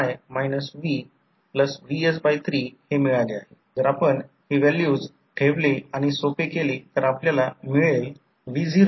तर त्या बाबतीत आपण काय करू शकतो आपण या ब्रांचला काय करू शकतो ते प्रत्यक्षात जास्त अचूकता न गमावता ही ब्रांच येथे कुठेतरी ठेवू आपण येथे कुठेतरी ठेवू आणि ही ब्रांच येथून काढली जाईल आणि ही I0 असेल